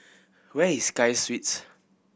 where is Sky Suites